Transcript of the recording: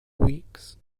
weeks